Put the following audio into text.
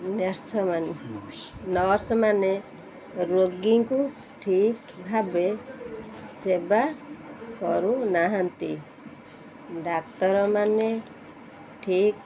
ମାନେ ନର୍ସମାନେ ରୋଗୀଙ୍କୁ ଠିକ୍ ଭାବେ ସେବା କରୁନାହାନ୍ତି ଡାକ୍ତରମାନେ ଠିକ୍